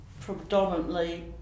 predominantly